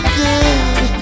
good